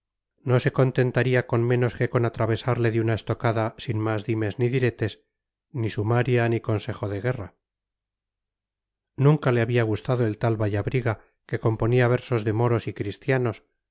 no se contentaría con menos que con atravesarle de una estocada sin más dimes ni diretes ni sumaria ni consejo de guerra nunca le había gustado el tal vallabriga que componía versos de moros y cristianos